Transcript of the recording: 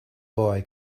boy